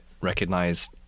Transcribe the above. recognize